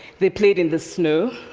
they played in the snow,